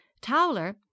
towler